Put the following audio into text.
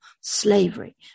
Slavery